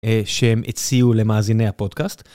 שהם הציעו למאזיני הפודקאסט.